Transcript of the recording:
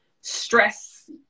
stress